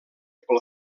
pel